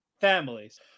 families